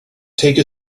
take